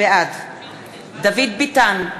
בעד דוד ביטן,